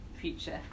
future